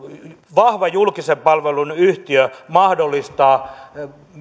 vahva julkisen palvelun yhtiö mahdollistaa